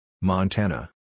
Montana